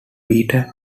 peter